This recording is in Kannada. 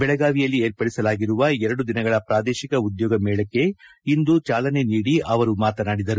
ಬೆಳಗಾವಿಯಲ್ಲಿ ವಿರ್ಪಡಿಸಲಾಗಿರುವ ಎರಡು ದಿನಗಳ ಪ್ರಾದೇಶಿಕ ಉದ್ಯೋಗ ಮೇಳಕ್ಕೆ ಇಂದು ಚಾಲನೆ ನೀಡಿ ಅವರು ಮಾತನಾಡಿದರು